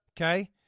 Okay